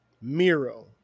Miro